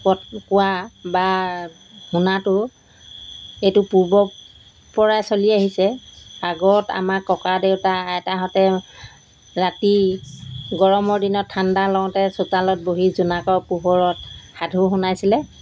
কট কোৱা বা শুনাটো এইটো পূৰ্ব পৰাই চলি আহিছে আগত আমাৰ ককাদেউতা আইতাহঁতে ৰাতি গৰমৰ দিনত ঠাণ্ডা লওঁতে চোতালত বহি জোনাকৰ পোহৰত সাধু শুনাইছিলে